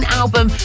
album